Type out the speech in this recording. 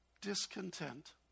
discontent